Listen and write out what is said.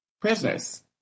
prisoners